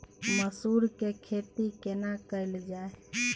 मसूर के खेती केना कैल जाय?